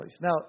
Now